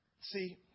See